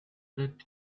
that